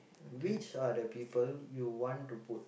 which are the people you want to put